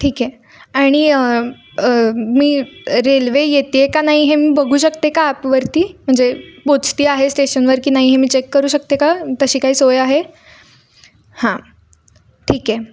ठीक आहे आणि मी रेल्वे येते आहे का नाही हे मी बघू शकते का ॲपवरती म्हणजे पोचते आहे स्टेशनवर की नाही हे मी चेक करू शकते का तशी काही सोय आहे हां ठीक आहे